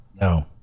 No